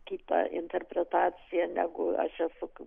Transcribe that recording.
kitą interpretaciją negu aš esu